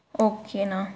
ஓகேண்ணா